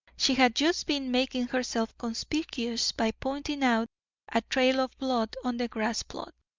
she had just been making herself conspicuous by pointing out a trail of blood on the grass plot.